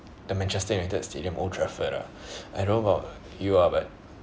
the manchester united stadium old trafford ah I don't know about you ah but